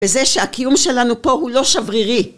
וזה שהקיום שלנו פה הוא לא שברירי